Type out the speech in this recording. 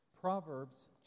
Proverbs